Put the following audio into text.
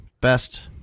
best